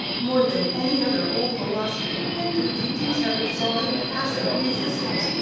more than any other old philosophy, hindu teachings have exalted passive resistance,